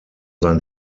sein